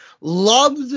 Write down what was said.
loved